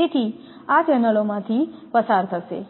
તેથી આ ચેનલોમાંથી પસાર થશે